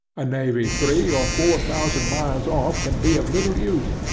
a navy three or four thousand miles off can be of little use,